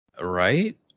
Right